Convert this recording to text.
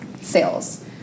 sales